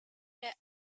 tidak